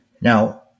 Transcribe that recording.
Now